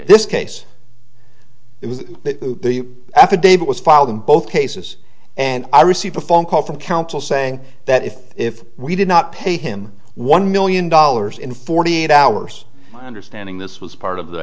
that the affidavit was filed in both cases and i received a phone call from counsel saying that if if we did not pay him one million dollars in forty eight hours understanding this was part of the